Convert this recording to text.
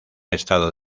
estado